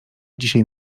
dzisiaj